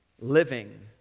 living